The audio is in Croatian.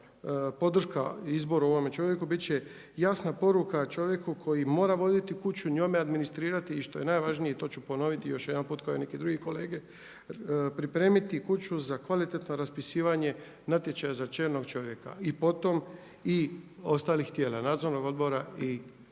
snažna podrška izboru ovome čovjeku bit će jasna poruka čovjeku koji mora vodit kuću, njome administrirati i što je najvažnije i to ću ponoviti još jedanput kao i neki drugi kolege pripremiti kuću za kvalitetno raspisivanje natječaja za čelnog čovjeka. I po tom i ostalih tijela nadzornog odbora i